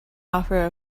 offer